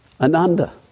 Ananda